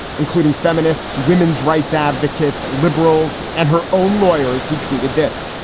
including feminists, women's rights advocates, liberals and her own lawyers. he tweeted this.